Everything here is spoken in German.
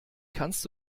kannst